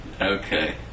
Okay